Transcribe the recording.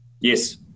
Yes